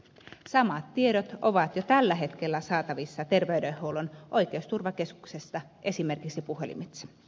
samat tiedot ovat jo tällä hetkellä saatavissa terveydenhuollon oikeusturvakeskuksesta esimerkiksi puhelimitse